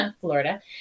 Florida